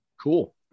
cool